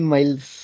Miles